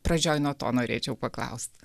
pradžioj nuo to norėčiau paklaust